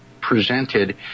presented